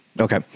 okay